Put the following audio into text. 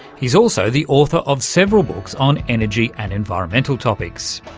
he's also the author of several books on energy and environmental topics.